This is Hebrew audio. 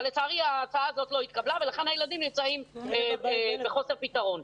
אבל לצערי ההצעה הזאת לא התקבלה ולכן הילדים נמצאים בחוסר פתרון.